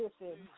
Listen